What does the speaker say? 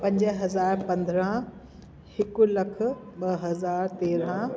पंज हज़ार पंद्रहं हिकु लखु ॿ हज़ार तेरहं